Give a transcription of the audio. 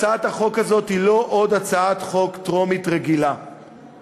הצעת החוק הזאת היא לא עוד הצעת חוק רגילה לקריאה טרומית.